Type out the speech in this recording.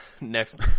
next